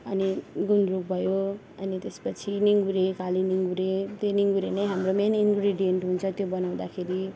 अनि गुन्द्रुक भयो अनि त्यसपछि निँगुरो काली निँगुरो त्यो निँगुरो नै हाम्रो मेन इन्ग्रिडियन्ट हुन्छ त्यो बनाउँदाखेरि